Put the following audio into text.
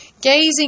Gazing